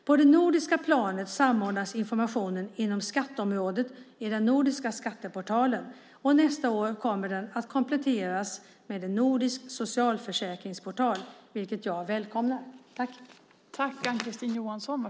På det nordiska planet samordnas informationen inom skatteområdet i den nordiska skatteportalen. Nästa år kommer denna att kompletteras med en nordisk socialförsäkringsportal, vilket jag välkomnar.